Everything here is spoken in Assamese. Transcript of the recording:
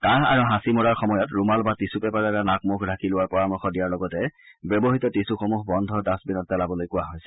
কাহ আৰু হাঁচি মৰাৰ সময়ত ৰুমাল বা টিছু পেপাৰেৰে নাক মুখ ঢাকি লোৱাৰ পৰামৰ্শ দিয়াৰ লগতে ব্যৱহাত টিছুসমূহ বন্ধ ডাট্টবিনত পেলাবলৈ কোৱা হৈছে